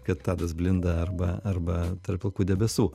kad tadas blinda arba arba tarp pilkų debesų